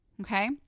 Okay